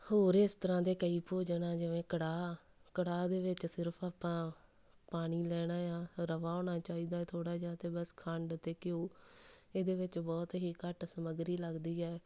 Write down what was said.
ਹੋਰ ਇਸ ਤਰ੍ਹਾਂ ਦੇ ਕਈ ਭੋਜਨ ਆ ਜਿਵੇਂ ਕੜਾਹ ਕੜਾਹ ਦੇ ਵਿੱਚ ਸਿਰਫ਼ ਆਪਾਂ ਪਾਣੀ ਲੈਣਾ ਆ ਰਵਾ ਹੋਣਾ ਚਾਹੀਦਾ ਥੋੜ੍ਹਾ ਜਿਹਾ ਅਤੇ ਬਸ ਖੰਡ ਅਤੇ ਘਿਓ ਇਹਦੇ ਵਿੱਚ ਬਹੁਤ ਹੀ ਘੱਟ ਸਮਗਰੀ ਲੱਗਦੀ ਹੈ